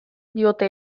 diote